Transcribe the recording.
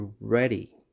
ready